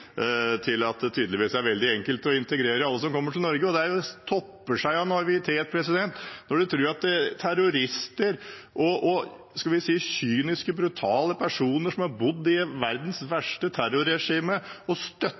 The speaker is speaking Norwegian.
at det tydeligvis er veldig enkelt å integrere alle som kommer til Norge. Det topper seg av naivitet når en tror at terrorister og kyniske, brutale personer som har bodd i verdens verste terrorregime og